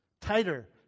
tighter